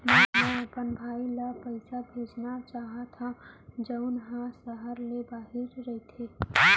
मै अपन भाई ला पइसा भेजना चाहत हव जऊन हा सहर ले बाहिर रहीथे